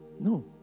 no